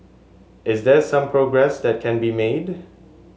is there some progress that can be made